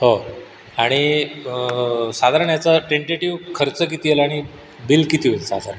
हो आणि साधारण याचा टेंटेटीव खर्च किती येईल आणि बील किती होईल साधारण